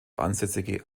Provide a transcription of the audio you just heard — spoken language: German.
ansässige